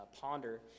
ponder